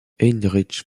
heinrich